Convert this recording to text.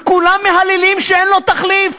וכולם מהללים ואומרים שאין לו תחליף.